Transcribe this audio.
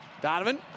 Donovan